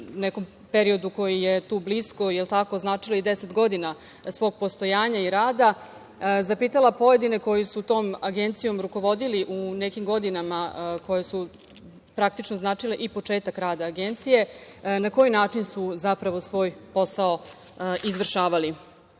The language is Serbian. nekom periodu koji je tu blisko, označila i 10 godina svog postojanja i rada, zapitala pojedine koji su tom agencijom rukovodili u nekim godinama koje su praktično značile i početak rada Agencije - na koji način su zapravo svoj posao izvršavali? Mislim